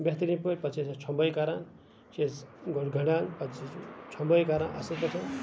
بہتریٖن پٲٹھۍ پَتہٕ چھِ أسۍ چھۄمبٲے کَران چھِ أسۍ گۄڈٕ گَنڈان پَتہٕ چھِس چھۄمبٲے کَران اَصٕل پٲٹھۍ